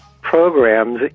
programs